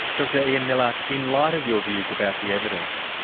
dr ian millar, in light of your views about the evidence,